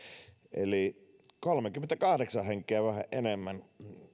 eli kolmekymmentäkahdeksan henkeä enemmän